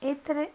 ଏଥିରେ